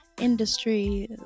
industry